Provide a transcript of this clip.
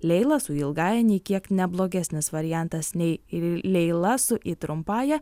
leila su y ilgąja nei kiek ne blogesnis variantas nei ir leila su i trumpąja